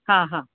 हा हा